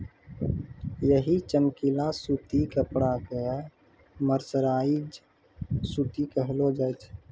यही चमकीला सूती कपड़ा कॅ मर्सराइज्ड सूती कहलो जाय छै